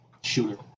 Shooter